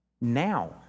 Now